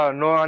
no